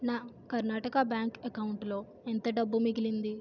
నా కర్ణాటక బ్యాంక్ అకౌంటులో ఎంత డబ్బు మిగిలింది